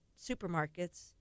supermarkets